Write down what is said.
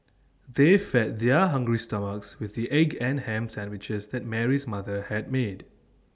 they fed their hungry stomachs with the egg and Ham Sandwiches that Mary's mother had made